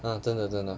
啊真的真的